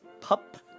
Pup